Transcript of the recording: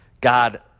God